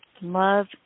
love